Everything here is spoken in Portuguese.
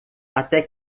até